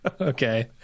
okay